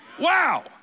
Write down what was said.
Wow